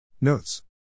Notes